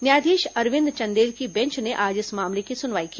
न्यायाधीश अरविंद चंदेल की बेंच ने आज इस मामले की सुनवाई की